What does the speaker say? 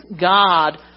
God